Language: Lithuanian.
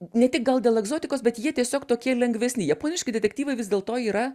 ne tik gal dėl egzotikos bet jie tiesiog tokie lengvesni japoniški detektyvai vis dėl to yra